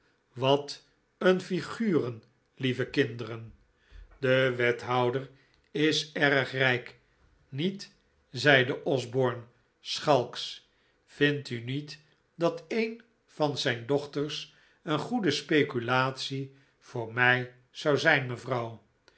wat een flguren lieve kinderen de wethouder is erg rijk niet zeide osborne schalksch vind u niet dat een van zijn dochters een goede speculatie voor mij zou zijn mevrouw